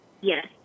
Yes